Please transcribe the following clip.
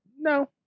No